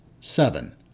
Seven